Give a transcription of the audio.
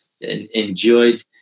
enjoyed